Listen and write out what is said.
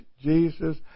Jesus